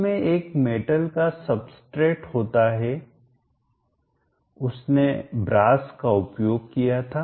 इसमें एक मेटल धातु का सबस्ट्रेट होता है उसने ब्रास पीतल का उपयोग किया था